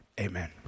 Amen